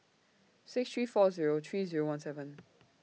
six three four Zero three Zero one seven